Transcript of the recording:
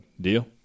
Deal